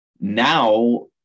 Now